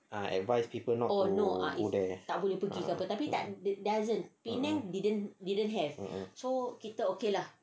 ah advise people not to go there ah a'ah